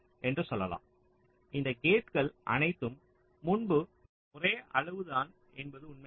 என்று சொல்லலாம் இந்த கேட்கள் அனைத்தும் முன்பு ஒரே அளவுதான் என்பது உண்மை இல்லை